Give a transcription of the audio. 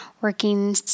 working